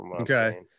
okay